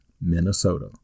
Minnesota